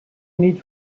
need